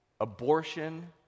Abortion